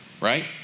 Right